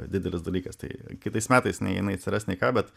didelis dalykas tai kitais metais nei jinai atsiras nei ką bet